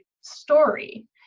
story